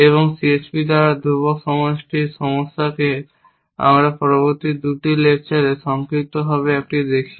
এবং CSP দ্বারা ধ্রুবক সন্তুষ্টির সমস্যাকে আমরা পরবর্তী 2টি লেকচারে সংক্ষিপ্তভাবে একটি দেখি